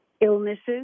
illnesses